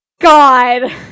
God